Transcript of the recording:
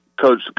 coach